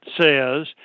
says